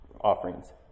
offerings